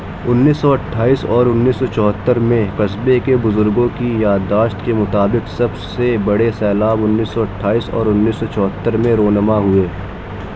انیس سو اٹھائیس اور انیس سو چوہتر میں قصبے کے بزرگوں کی یاداشت کے مطابق سب سے بڑے سیلاب انیس سو اٹھائیس اور انیس سو چوہتر میں رونما ہوۓ